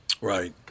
Right